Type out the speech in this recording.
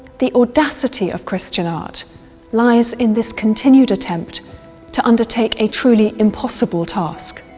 the audacity of christian art lies in this continued attempt to undertake a truly impossible task.